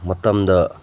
ꯃꯇꯝꯗ